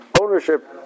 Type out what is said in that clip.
ownership